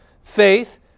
faith